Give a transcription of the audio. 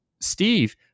Steve